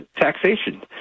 taxation